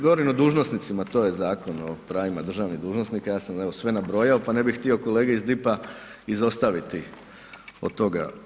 Govorim o dužnosnicima, to je Zakon o pravima državnih dužnosnika, ja sam evo, sve nabrojao, pa ne bih htio kolege iz DIP-a izostaviti od toga.